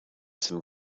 some